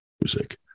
music